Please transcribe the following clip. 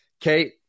Kate